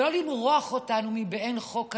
ולא למרוח אותנו במעין חוק כזה,